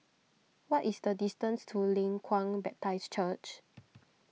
what is the distance to Leng Kwang Baptist Church